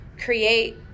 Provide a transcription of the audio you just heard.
create